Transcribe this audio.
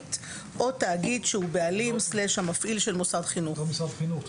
מקומית או תאגיד שהוא בעלים/ המפעיל של מוסד חינוך" זה לא משרד החינוך.